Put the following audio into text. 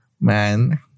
man